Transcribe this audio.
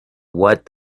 what